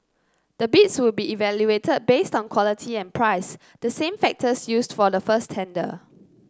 the bids would be evaluated based on quality and price the same factors used for the first tender